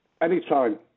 Anytime